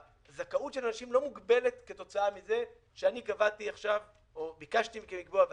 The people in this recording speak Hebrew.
והזכאות של האנשים לא מוגבלת כתוצאה מזה שאני ביקשתי מכם לקבוע,